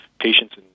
patients